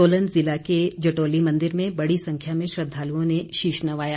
सोलन जिला के जटोली मंदिर में बड़ी संख्या में श्रद्धालुओं ने शीश नवाया